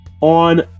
on